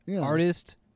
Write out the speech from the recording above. artist